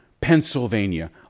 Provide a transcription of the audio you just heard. Pennsylvania